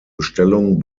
bestellung